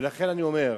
ולכן אני אומר,